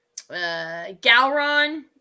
Galron